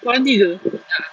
kau orang tiga